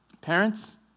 Parents